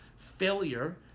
Failure